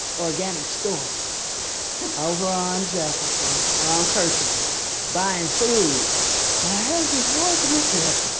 organic store over on jefferson, on, kind of buying food and i heard this voice and i said,